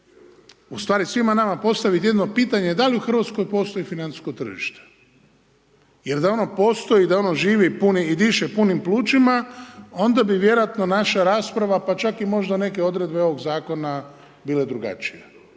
ustvari svima nama postaviti jedno pitanje da li u Hrvatskoj postoji financijsko tržište jer da ono postoji i da ono živi i diše punim plućima onda bi vjerojatno naša rasprava pa čak i možda neke odredbe ovog zakona bile drugačije.